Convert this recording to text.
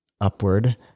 upward